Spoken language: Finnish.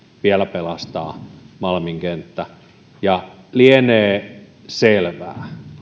vielä pelastaa malmin kenttä lienee selvää